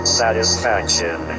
satisfaction